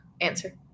answer